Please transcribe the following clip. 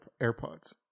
AirPods